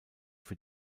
für